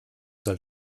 soll